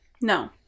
No